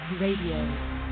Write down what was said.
Radio